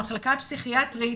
במחלקה הפסיכיאטרית,